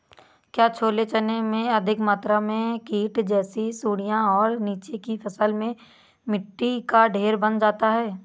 क्या छोले चने में अधिक मात्रा में कीट जैसी सुड़ियां और नीचे की फसल में मिट्टी का ढेर बन जाता है?